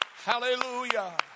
Hallelujah